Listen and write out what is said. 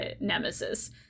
nemesis